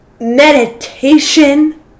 meditation